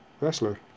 wrestler